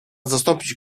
zastąpić